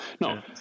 No